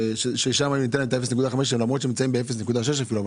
ששם ניתן 0.5 למרות שהם נמצאים ב-0.6 אפילו,